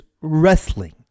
wrestling